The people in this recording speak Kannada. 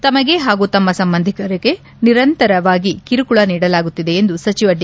ತಮ್ನಗೆ ಹಾಗೂ ತಮ್ನ ಸಂಬಂಧಿಕರಿಗೆ ನಿರಂತರವಾಗಿ ಕಿರುಕುಳ ನೀಡಲಾಗುತ್ತಿದೆ ಎಂದು ಸಚಿವ ಡಿ